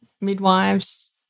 midwives